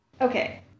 Okay